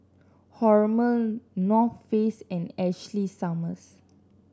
Hormel North Face and Ashley Summers